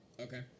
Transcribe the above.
Okay